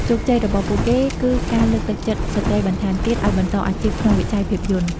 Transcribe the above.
ជោគជ័យរបស់ពួកគេគឺការលើកទឹកចិត្តស្ត្រីបន្ថែមទៀតឱ្យបន្តអាជីពក្នុងវិស័យភាពយន្ត។